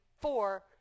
four